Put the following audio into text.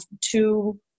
two